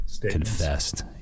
confessed